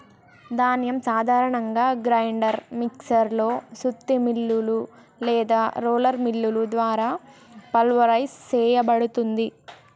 ధాన్యం సాధారణంగా grinder mixer లో సుత్తి మిల్లులు లేదా రోలర్ మిల్లుల ద్వారా పల్వరైజ్ సేయబడుతుంది